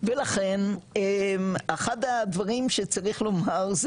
ולכן אחד הדברים שצריך לומר,